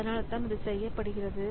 அதனால்தான் அது செய்யப்படுகிறது